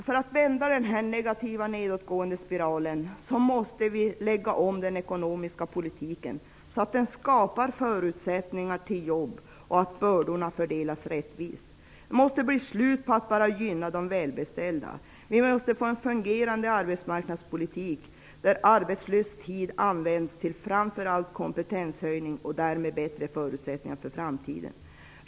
För att vända den nedåtgående spiralen måste vi lägga om den ekonomiska politiken så att den skapar förutsättningar för jobb och så att bördorna fördelas rättvist. Det måste bli slut med att bara gynna de välbeställda. Vi måste få en fungerande arbetsmarknadspolitik där tiden i arbetslöshet används till framför allt kompetenshöjning och därmed bättre förutsättningar för framtiden.